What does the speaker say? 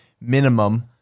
Minimum